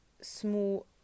small